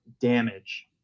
damage